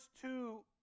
two